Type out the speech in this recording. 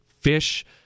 fish